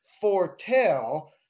foretell